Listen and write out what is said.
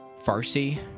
Farsi